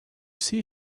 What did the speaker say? see